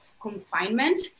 confinement